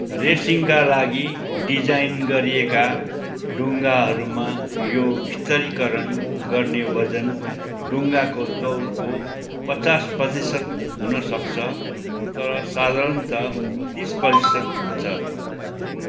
रेसिङका लागि डिजाइन गरिएका ढुङ्गाहरूमा यो स्थिरीकरण गर्ने वजन ढुङ्गाको तौलको पचास प्रतिशत हुनसक्छ तर साधारणतः तिस प्रतिशत हुन्छ